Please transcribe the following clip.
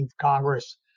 Congress